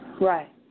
Right